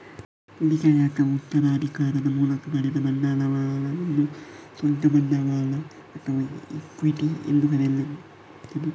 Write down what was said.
ಉಳಿತಾಯ ಅಥವಾ ಉತ್ತರಾಧಿಕಾರದ ಮೂಲಕ ಪಡೆದ ಬಂಡವಾಳವನ್ನು ಸ್ವಂತ ಬಂಡವಾಳ ಅಥವಾ ಇಕ್ವಿಟಿ ಎಂದು ಕರೆಯಲಾಗುತ್ತದೆ